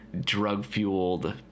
drug-fueled